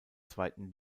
zweiten